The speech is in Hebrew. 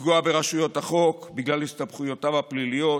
לפגוע ברשויות החוק בגלל הסתבכויותיו הפליליות